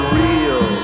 real